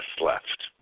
left